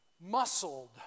muscled